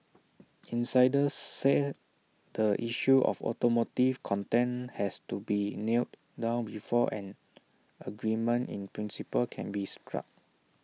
insiders say the issue of automotive content has to be nailed down before an agreement in principle can be struck